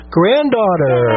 granddaughter